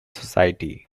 society